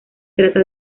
trata